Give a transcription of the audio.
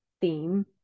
theme